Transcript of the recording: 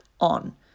on